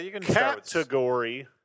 category